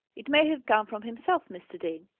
it may have come from himself, mr. dean.